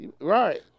Right